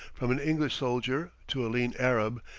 from an english soldier to a lean arab,